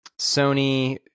Sony